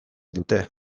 dute